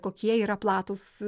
kokie yra platūs